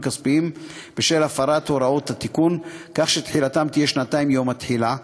כספיים בשל הפרת הוראות התיקון כך שתחילתם תהיה שנתיים מיום התחילה.